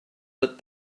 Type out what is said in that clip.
that